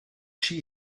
she